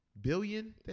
Billion